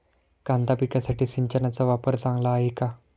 कांदा पिकासाठी सिंचनाचा वापर चांगला आहे का?